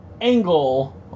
angle